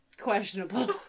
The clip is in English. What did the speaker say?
questionable